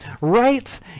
right